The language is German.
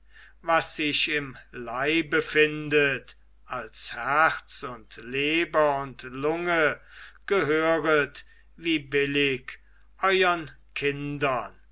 was sich im leibe findet als herz und leber und lunge gehöret wie billig euern kindern